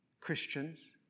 Christians